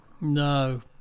No